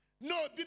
no